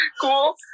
cool